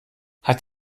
hat